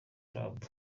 club